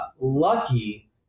lucky